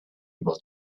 able